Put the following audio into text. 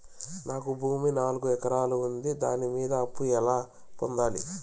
నాకు భూమి నాలుగు ఎకరాలు ఉంది దాని మీద అప్పు ఎలా పొందాలి?